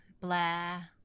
Blair